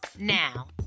now